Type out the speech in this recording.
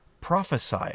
prophesy